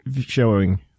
showing